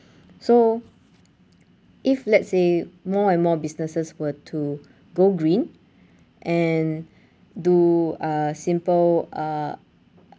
so if let's say more and more businesses were to go green and do uh simple uh